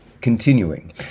continuing